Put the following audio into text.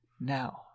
Now